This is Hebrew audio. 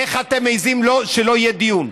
איך אתם מעיזים שלא יהיה דיון?